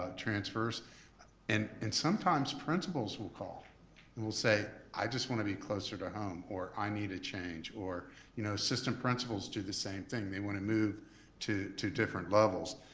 ah transfers and and sometimes principals will call and will say i just wanna be closer to home or i need a change or you know assistant principals do the same thing, they wanna move to to different levels.